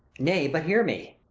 nay, but hear me.